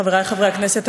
חברי חברי הכנסת,